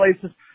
places